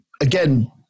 again